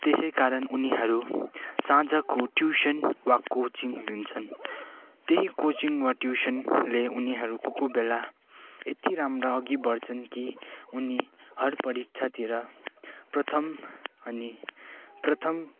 त्यसैकारण उनीहरू साँझको ट्युसन वा कोचिङ लिन्छन् त्यही कोचिङ वा ट्युसनले उनीहरू कोकोइ बेला एति राम्रो अगि बढ्छन् कि उनी हर परिक्षातिर प्रथम अनि प्रथम